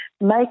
make